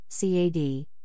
CAD